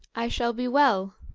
i shall be well.